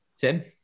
Tim